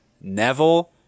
Neville